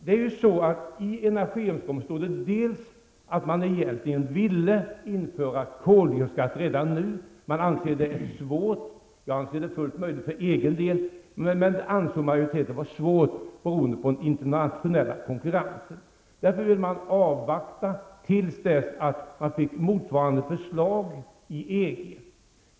I energiöverenskommelsen står det att man egentligen vill införa koldioxidskatt redan nu men att man anser det vara svårt. För egen del anser jag det fullt möjligt, men majoriteten ansåg att det var svårt, beroende på den internationella konkurrensen. Därför ville man avvakta till dess att man fick motsvarande förslag i EG.